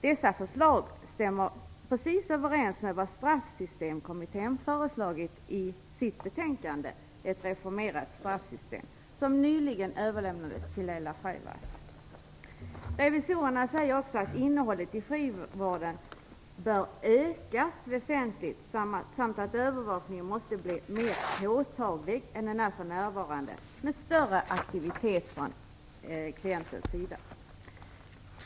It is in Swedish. Dessa förslag stämmer precis överens med vad Straffsystemkommittén föreslagit i sitt betänkande Ett reformerat straffsystem, som nyligen överlämnats till Laila Freivalds. Revisorerna säger också att innehållet i frivården bör ökas väsentligt samt att övervakningen måste bli mer påtaglig än vad den för närvarande är med större aktivitet från klientens sida.